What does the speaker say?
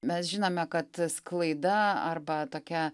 mes žinome kad sklaida arba tokia